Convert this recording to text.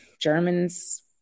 Germans